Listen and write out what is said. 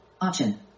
Option